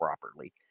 properly